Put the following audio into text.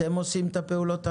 אתם עושים את הפעולות הללו?